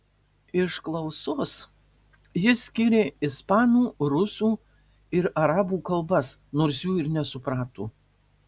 iš klausos jis skyrė ispanų rusų ir arabų kalbas nors jų ir nesuprato